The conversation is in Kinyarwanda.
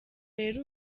rero